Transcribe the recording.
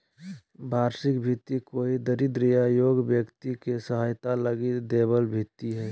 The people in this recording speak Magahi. वार्षिक भृति कोई दरिद्र या योग्य व्यक्ति के सहायता लगी दैबल भित्ती हइ